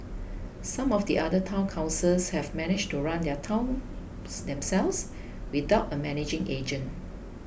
some of the other Town Councils have managed to run their towns themselves without a managing agent